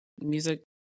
music